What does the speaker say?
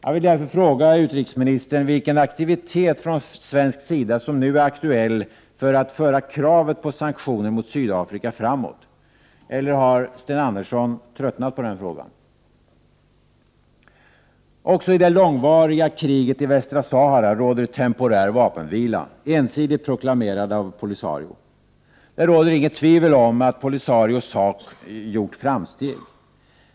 Jag vill därför fråga utrikesministern vilken aktivitet från svensk sida som nu är aktuell för att föra kravet på sanktioner mot Sydafrika framåt. Eller har Sten Andersson tröttnat på den frågan? Också i det långvariga kriget i Västra Sahara råder temporär vapenvila, ensidigt proklamerad av Polisario. Det råder inget tvivel om att Polisarios sak gjort framsteg.